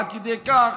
עד כדי כך.